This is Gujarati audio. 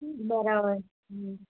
બરાબર હા